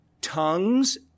tongues